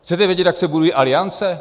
Chcete vědět, jak se budují aliance?